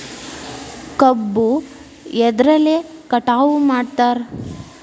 ಕಬ್ಬು ಎದ್ರಲೆ ಕಟಾವು ಮಾಡ್ತಾರ್?